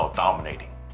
dominating 。